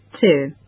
Two